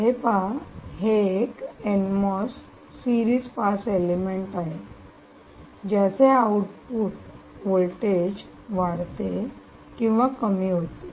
हे पहा हे एक N MOS series pass element आहे ज्याचे आउटपुट व्होल्टेज वाढते किंवा कमी होते